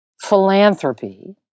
philanthropy